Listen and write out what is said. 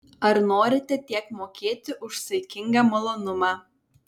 ar norite tiek mokėti už saikingą malonumą